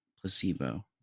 placebo